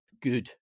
good